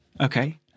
Okay